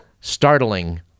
startling